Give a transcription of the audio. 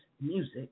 music